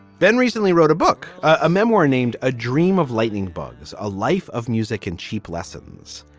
ben recently wrote a book, a memoir named a dream of lightning bugs, a life of music and cheap lessons.